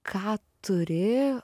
ką turi